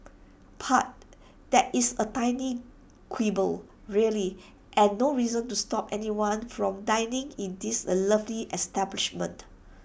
but that is A tiny quibble really and no reason to stop anyone from dining in this A lovely establishment